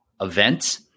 event